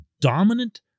dominant